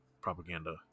propaganda